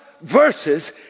verses